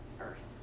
earth